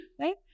Right